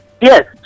Yes